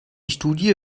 studie